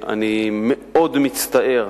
אני מאוד מצטער